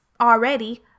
already